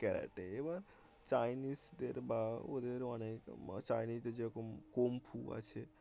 karate এবার চাইনিজদের বা ওদের অনেক চাইনিজের যেরকম কোমফু আছে